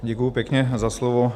Děkuji pěkně za slovo.